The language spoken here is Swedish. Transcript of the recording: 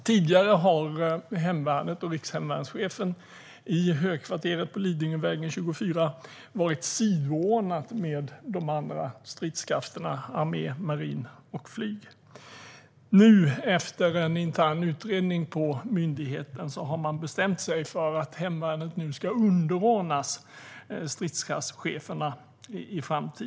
Tidigare har hemvärnet - och rikshemvärnschefen i högkvarteret på Lidingövägen 24 - varit sidoordnat med de andra stridskrafterna: armé, marin och flyg. Efter en intern utredning på myndigheten har man nu bestämt sig för att hemvärnet i framtiden ska underordnas stridskraftscheferna.